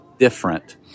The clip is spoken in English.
different